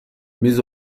mais